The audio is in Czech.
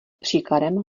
příkladem